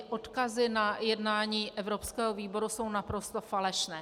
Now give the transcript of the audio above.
Odkazy na jednání evropského výboru jsou naprosto falešné.